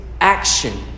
action